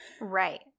Right